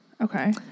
Okay